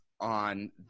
on